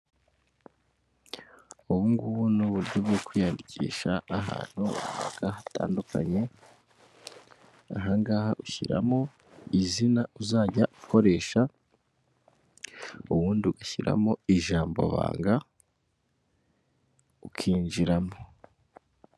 Ubungubu ni uburyo bwo kwiyandikisha ahantu hatandukanye, ahangaha ushyiramo izina uzajya ukoresha ubundi ugashyiramo ijambobanga ukinjiramo.